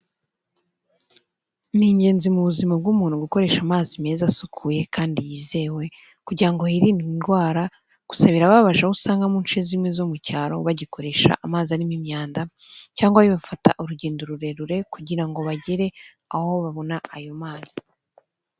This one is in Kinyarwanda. Ni ingenzi mu buzima bw'umuntu gukoresha amazi meza asukuye kandi yizewe, kugira ngo hirindwe indwara, gusa birababaje aho usanga mu nce zimwe zo mu cyaro bagikoresha amazi arimo imyanda, cyangwa bibafata urugendo rurerure kugira ngo bagere aho babona ayo mazi.